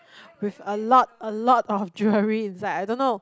with a lot a lot of jewellery inside I don't know